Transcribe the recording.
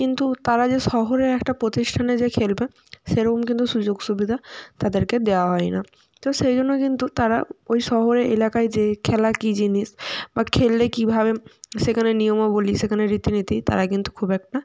কিন্তু তারা যে শহরের একটা প্রতিষ্ঠানে যে খেলবে সেরম কিন্তু সুযোগ সুবিধা তাদেরকে দেওয়া হয় না তো সেই জন্য কিন্তু তারা ওই শহরে এলাকায় যে খেলা কী জিনিস বা খেললে কীভাবে সেখানে নিয়মাবলী সেখনে রীতি নীতি তারা কিন্তু খুব একটা